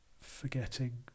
forgetting